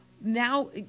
now